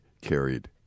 carried